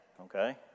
okay